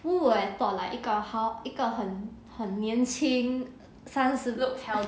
who will have thought like 一个 how 一个很很年轻三十